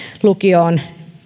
lukio on